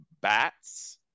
Bats